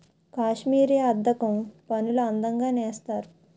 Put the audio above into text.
కాశ్మీరీ అద్దకం పనులు అందంగా నేస్తారు